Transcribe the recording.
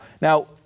Now